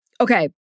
Okay